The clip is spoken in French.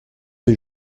des